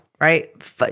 Right